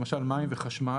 למשל מים וחשמל,